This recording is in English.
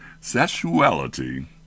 sexuality